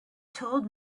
told